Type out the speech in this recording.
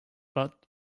but